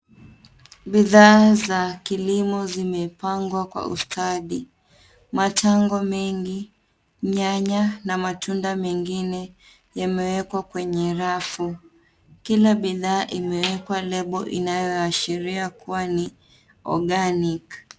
Bidhaa za kilimo zimepangwa kwa ustadi. Matango mengi, nyanya na matunda mengine yamewekwa kwenye rafu. Kila bidhaa imewekwa lebo inayoashiria kuwa ni organic .